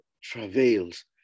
travails